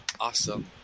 Awesome